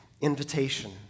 invitation